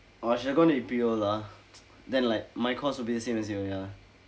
oh I should have gone to imperial lah then like my course will be the same as your ya